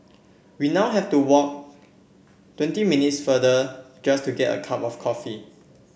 we now have to walk twenty minutes farther just to get a cup of coffee